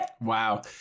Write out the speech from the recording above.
Wow